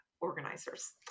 organizers